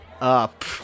up